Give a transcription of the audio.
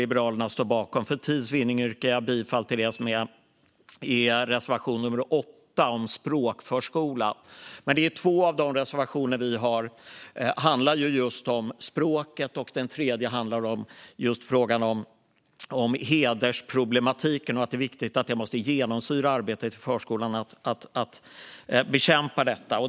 Liberalerna står bakom tre reservationer. För tids vinning yrkar jag bifall endast till reservation nummer 8 om språkförskola. Två av våra reservationer handlar just om språket. Den tredje handlar om hedersproblematiken och om att det är viktigt att arbetet i förskolan genomsyras av att man bekämpar detta.